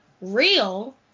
real